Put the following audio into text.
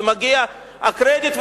ומגיע הקרדיט,